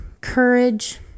courage